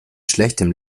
schlechtem